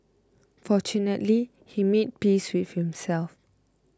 fortunately he made peace with himself